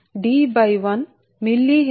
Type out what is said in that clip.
4605 log D1 mHKm కి సమాన మని